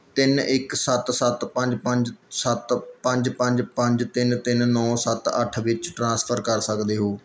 ਤਿੰਨ ਇੱਕ ਸੱਤ ਸੱਤ ਪੰਜ ਪੰਜ ਸੱਤ ਪੰਜ ਪੰਜ ਪੰਜ ਤਿੰਨ ਤਿੰਨ ਨੌ ਸੱਤ ਅੱਠ ਵਿੱਚ ਟ੍ਰਾਂਸਫਰ ਕਰ ਸਕਦੇ ਹੋ